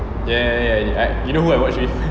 ya ya ya you know who I watched with